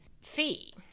fee